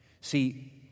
See